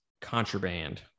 contraband